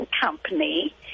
company